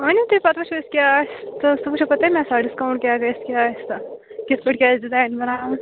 أنِو تُہۍ پتہٕ وُچھُو أسۍ کیٛاہ آسہِ تہٕ سُہ وُچھُو پتہٕ تمے ساتہٕ ڈِسکاوُنٹ کیٛاہ گژھِ کیٛاہ آسہِ تہٕ کِتھ پٲٹھۍ کیٛاہ آسہِ ڈِزاین بناوُن